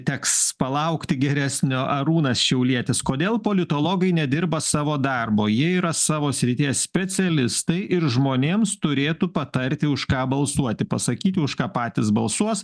teks palaukti geresnio arūnas šiaulietis kodėl politologai nedirba savo darbo jie yra savo srities specialistai ir žmonėms turėtų patarti už ką balsuoti pasakyti už ką patys balsuos